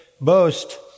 boast